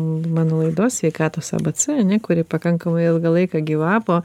mano laidos sveikatos abc kuri pakankamai ilgą laiką gyvavo